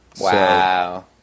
Wow